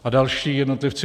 A další jednotlivci.